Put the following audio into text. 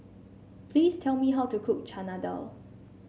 please tell me how to cook Chana Dal